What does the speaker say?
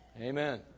Amen